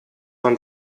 man